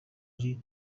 ari